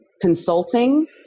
consulting